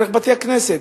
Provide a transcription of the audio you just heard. דרך בתי-הכנסת,